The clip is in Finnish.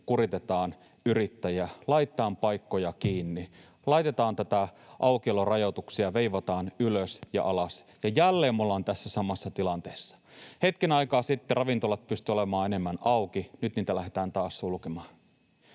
kuritetaan yrittäjiä, laitetaan paikkoja kiinni, laitetaan näitä aukiolorajoituksia, veivataan ylös ja alas, ja jälleen me ollaan tässä samassa tilanteessa. Hetken aikaa sitten ravintolat pystyivät olemaan enemmän auki, nyt niitä lähdetään taas sulkemaan.